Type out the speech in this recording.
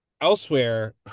elsewhere